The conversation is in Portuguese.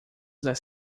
das